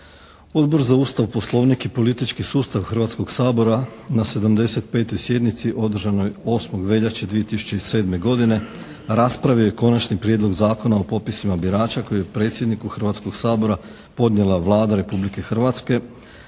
Odbor za Ustav, Poslovnik i politički sustav Hrvatskog sabora na 75. sjednici održanoj 8. veljače 2007. godine raspravio je Konačni prijedlog Zakona o popisima birača koji je predsjedniku Hrvatskog sabora podnijela Vlada Republike Hrvatske